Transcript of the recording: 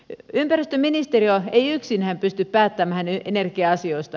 ympäristöministeriö ei yksinään pysty päättämään energia asioista